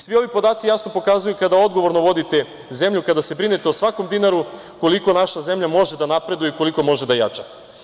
Svi ovi podaci jasno pokazuju kada odgovorno vodite zemlju, kada se brinete o svakom dinaru koliko naša zemlja može da napreduje i koliko može da jača.